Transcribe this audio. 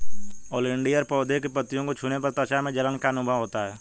oleander पौधे की पत्तियों को छूने पर त्वचा में जलन का अनुभव होता है